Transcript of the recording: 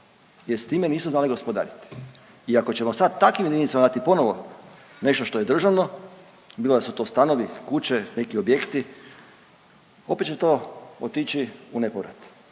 jer s time nisu znale gospodariti. I ako ćemo sad takvim jedinicama dati ponovo nešto što je državno bilo da su to stanovi, kuće, neki objekti opet će to otići u nepovrat.